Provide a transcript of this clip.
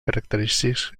característics